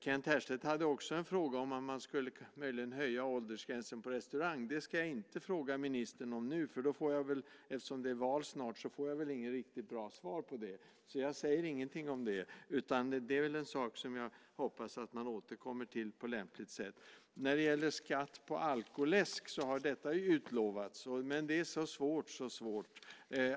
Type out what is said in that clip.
Kent Härstedt tog också upp frågan om åldersgränsen på restaurang möjligen skulle höjas. Det ska jag inte fråga ministern om nu. Eftersom det är val snart får jag väl inget riktigt bra svar på det. Jag säger ingenting om det. Det är en sak jag hoppas att man återkommer till på lämpligt sätt. Skatt på alkoläsk har utlovats. Men det är så svårt, så svårt.